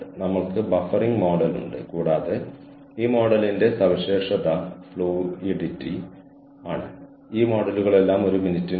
ഞങ്ങളിൽ ചിലർ ഈ അവസരം പ്രയോജനപ്പെടുത്താൻ തീരുമാനിച്ചു